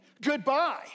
Goodbye